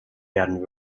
werden